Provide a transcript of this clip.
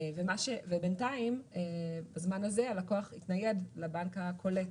ובינתיים בזמן הזה הלקוח התנייד לבנק הקולט,